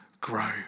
grow